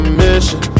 mission